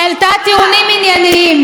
שהעלתה טיעונים ענייניים.